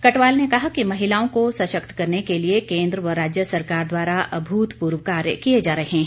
कटवाल ने कहा कि महिलाओं को सशक्त करने के लिए केन्द्र व राज्य सरकार द्वारा अभूतपूर्व कार्य किए जा रहे हैं